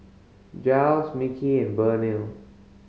Jiles Micky and Burnell